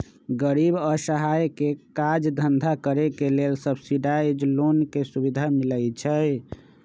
गरीब असहाय के काज धन्धा करेके लेल सब्सिडाइज लोन के सुभिधा मिलइ छइ